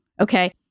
okay